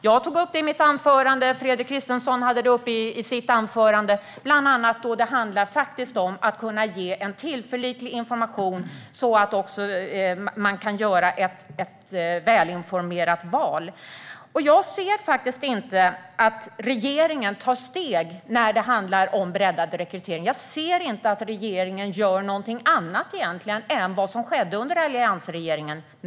Jag tog upp den i mitt anförande, och Fredrik Christensson tog upp den i sitt anförande. Det handlar bland annat om att kunna ge en tillförlitlig information så att sökanden kan göra ett välinformerat val. Jag ser inte att regeringen tar steg i fråga om breddad rekrytering. Jag ser inte att regeringen gör något annat än vad som skedde under alliansregeringens tid.